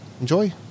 Enjoy